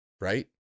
Right